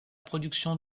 production